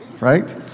right